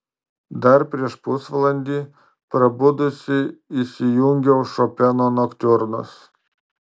dar prieš pusvalandį prabudusi įsijungiau šopeno noktiurnus